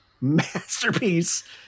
masterpiece